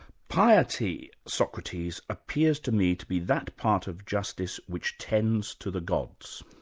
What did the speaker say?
piety, socrates, appears to me to be that part of justice which tends to the gods.